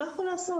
לא יכול לעשות.